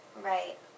Right